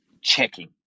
checking